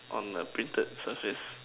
on a printed surface